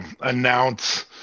announce